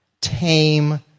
tame